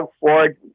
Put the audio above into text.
Ford